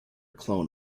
clone